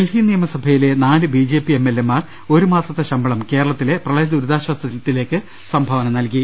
ഡൽഹി നിയമസഭയിലെ നാല് ബിജെപി എംഎൽഎമാർ ഒരു മാസത്തെ ശമ്പളം കേരളത്തില്ലെ പ്രളയദുരിതാശ്ചാസത്തിലേക്ക് സംഭാവന നൽകി